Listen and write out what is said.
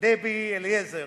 דבי אליעזר.